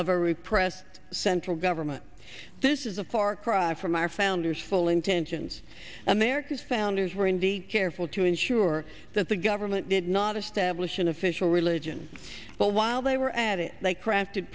of a repressed central government this is a far cry from our founders full intentions and there the founders were indeed careful to ensure that the government did not establish an official religion but while they were at it they crafted